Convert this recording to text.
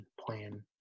plan